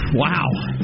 wow